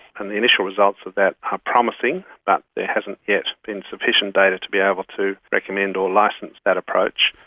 and the initial results of that ah promising but there hasn't yet been sufficient data to be able to recommend or licence that approach.